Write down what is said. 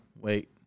wait